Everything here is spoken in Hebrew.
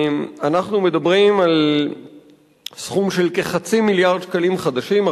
אנחנו מדברים על סכום של כחצי מיליארד שקלים חדשים,